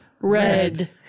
red